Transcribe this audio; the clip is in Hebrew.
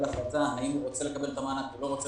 החלטה אם הוא רוצה לקבל את המענק או לא.